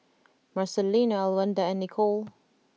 Marcelino Elwanda and Nicolle